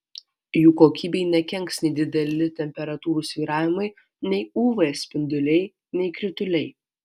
jų kokybei nekenks nei dideli temperatūrų svyravimai nei uv spinduliai nei krituliai